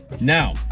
Now